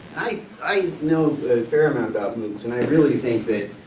i i know a fair amount about moocs. and i really think that,